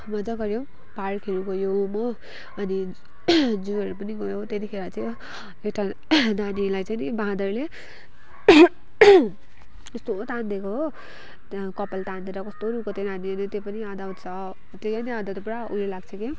मज्जा गऱ्यो पार्कहरू गयौँ हो अनि जूहरू पनि गयो त्यतिखेर चाहिँ एउटा नानीलाई चाहिँ नि बाँदरले यस्तो तान्देको हो त्यहाँ कपाल तान्देर कस्तो रुको त्यो नानी अनि त्यो पनि याद आउँछ त्यो पनि अन्त त पुरा उयो लाग्छ क्याउ